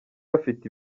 bafite